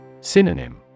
Synonym